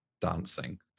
dancing